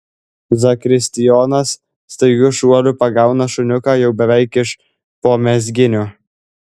zakristijonas staigiu šuoliu pagauna šuniuką jau beveik iš po mezginių